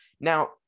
Now